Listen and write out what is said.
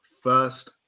first